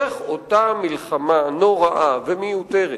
איך אותה מלחמה נוראה ומיותרת